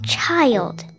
Child